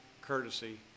courtesy